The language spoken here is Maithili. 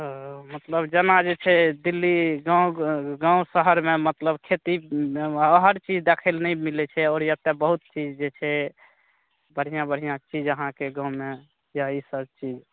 ओऽ मतलब जेना जे छै दिल्ली गाँव गाँव शहरमे मतलब खेतीमे हर चीज देखय लेल नहि मिलै छै आओर एतय बहुत चीज जे छै बढ़िआँ बढ़िआँ चीज अहाँके गाँवमे या इसभ चीज